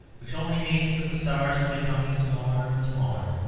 which only means that the stars are becoming smaller and smaller.